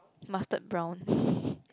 mustard brown